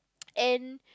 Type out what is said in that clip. and